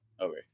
okay